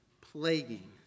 plaguing